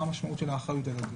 מה המשמעות של האחריות הזאת